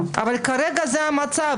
אבל כרגע זה המצב,